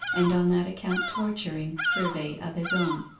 and on that account torturing, survey of his own,